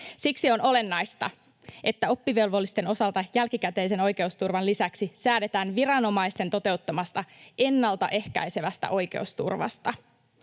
Siksi on olennaista, että oppivelvollisten osalta jälkikäteisen oikeusturvan lisäksi säädetään viranomaisten toteuttamasta ennalta ehkäisevästä oikeusturvasta.